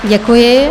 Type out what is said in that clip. Děkuji.